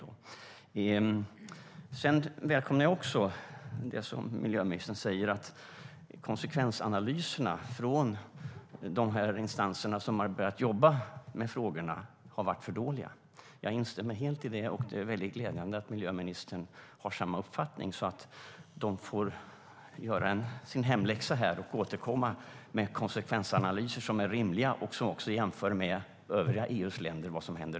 Jag välkomnar även att miljöministern säger att konsekvensanalyserna från de instanser som börjat jobba med frågorna har varit för dåliga. Jag instämmer helt i det, och det är väldigt glädjande att miljöministern har samma uppfattning som jag. De får göra sin hemläxa och återkomma med konsekvensanalyser som är rimliga och som också jämför med vad som händer i övriga EU-länder.